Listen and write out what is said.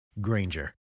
Granger